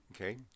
Okay